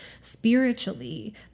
spiritually